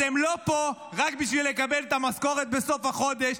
אתם לא פה רק בשביל לקבל את המשכורת בסוף החודש,